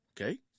Okay